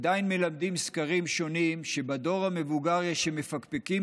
סקרים שונים עדיין מלמדים שבדור המבוגר יש שמפקפקים